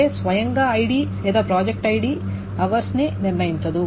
అంటే స్వయంగా ఐడి లేదా ప్రాజెక్ట్ ఐడి అవర్స్ ని నిర్ణయించదు